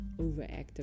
overactive